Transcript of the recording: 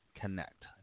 Connect